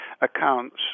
accounts